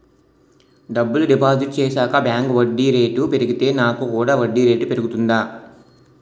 డబ్బులు డిపాజిట్ చేశాక బ్యాంక్ వడ్డీ రేటు పెరిగితే నాకు కూడా వడ్డీ రేటు పెరుగుతుందా?